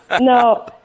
No